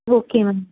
okay ma'am